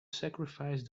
sacrifice